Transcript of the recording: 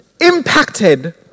impacted